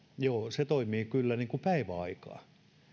joo se toimii kyllä päiväaikaan